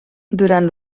durant